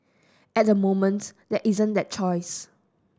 at the moment there isn't that choice